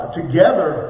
together